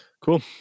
Cool